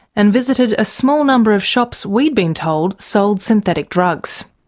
and visited a small number of shops we'd been told sold synthetic drugs.